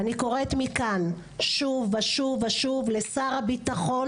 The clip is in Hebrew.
אני קוראת מכאן שוב ושוב ושוב לשר הביטחון